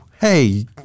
Hey